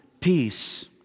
peace